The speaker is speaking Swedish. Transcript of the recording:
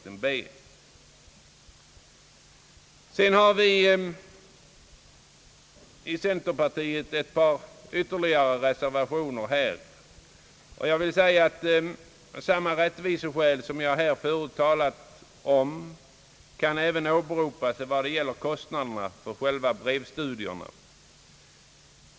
Centerpartiet har ytterligare ett par reservationer. Samma rättviseskäl som jag förut talat om kan även åberopas vad det gäller kostnaderna för själva brevstudierna.